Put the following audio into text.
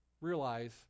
realize